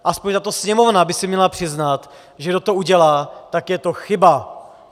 Aspoň tato Sněmovna by si měla přiznat, že kdo to udělá, tak je to chyba.